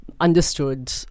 understood